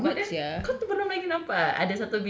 but you know goodness kau tu belum lagi nampak